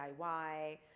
DIY